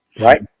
Right